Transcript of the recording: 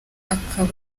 akaba